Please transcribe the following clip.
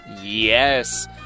Yes